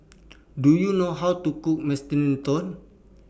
Do YOU know How to Cook